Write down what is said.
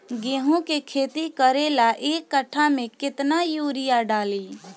गेहूं के खेती करे ला एक काठा में केतना युरीयाँ डाली?